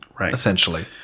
essentially